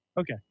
Okay